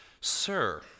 Sir